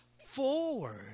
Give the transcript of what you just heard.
forward